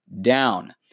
down